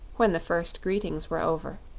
when the first greetings were over.